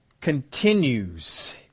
continues